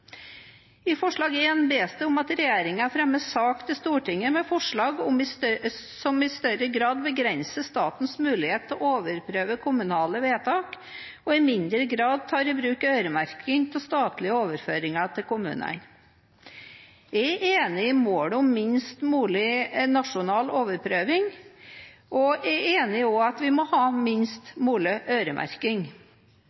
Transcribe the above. I forslag nr. 2 bes det om at regjeringen fremmer sak til Stortinget med forslag som i større grad begrenser statens mulighet til å overprøve kommunale vedtak, og i mindre grad tar i bruk øremerking av statlige overføringer til kommunene. Jeg er enig i målet om minst mulig nasjonal overprøving, og jeg er også enig i at vi må ha minst